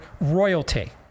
royalty